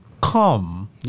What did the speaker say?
come